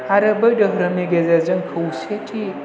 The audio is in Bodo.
आरो बै धोरोमनि गेजेरजों खौसेथि